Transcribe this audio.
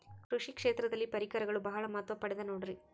ಕೃಷಿ ಕ್ಷೇತ್ರದಲ್ಲಿ ಪರಿಕರಗಳು ಬಹಳ ಮಹತ್ವ ಪಡೆದ ನೋಡ್ರಿ?